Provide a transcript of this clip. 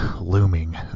looming